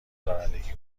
رانندگی